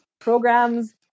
programs